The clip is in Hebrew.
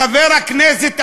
חבר הכנסת אמסלם,